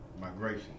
Migration